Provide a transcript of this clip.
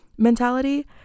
mentality